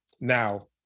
Now